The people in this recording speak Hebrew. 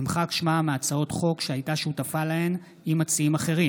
נמחק שמה מהצעות חוק שהייתה שותפה להן עם מציעים אחרים.